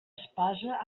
espasa